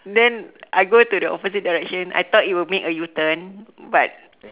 then I go to the opposite direction I thought it would make a U turn but